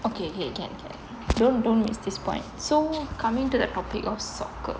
okay okay can can don't don't miss this point so coming to the topic of soccer